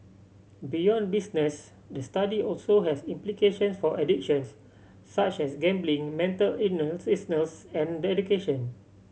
beyond business the study also has implications for addictions such as gambling mental illness and education